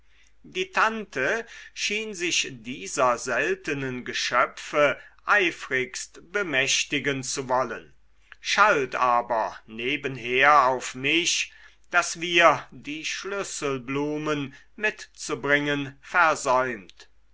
die tante schien sich dieser seltenen geschöpfe eifrigst bemächtigen zu wollen schalt aber nebenher auf mich daß wir die schlüsselblumen mitzubringen versäumt